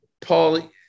Paul